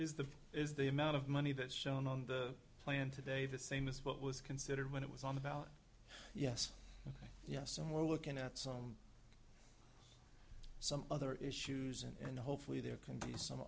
is the is the amount of money that shown on the plan today the same as what was considered when it was on the ballot yes yes and we're looking at some some other issues and hopefully there can be some